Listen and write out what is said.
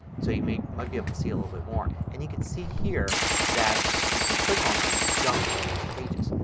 so you might might be able to see a little bit more. and you can see here that you can click on them to jump to any of these pages.